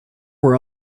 were